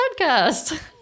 podcast